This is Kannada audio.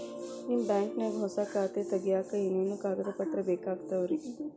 ನಿಮ್ಮ ಬ್ಯಾಂಕ್ ನ್ಯಾಗ್ ಹೊಸಾ ಖಾತೆ ತಗ್ಯಾಕ್ ಏನೇನು ಕಾಗದ ಪತ್ರ ಬೇಕಾಗ್ತಾವ್ರಿ?